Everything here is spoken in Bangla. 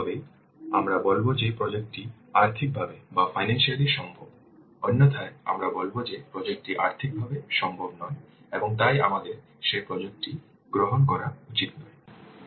তবেই আমরা বলব যে প্রজেক্ট টি আর্থিকভাবে সম্ভব অন্যথায় আমরা বলব যে প্রজেক্ট টি আর্থিকভাবে সম্ভব নয় এবং তাই আমাদের সেই প্রজেক্ট টি গ্রহণ করা উচিত নয়